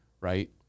Right